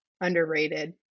underrated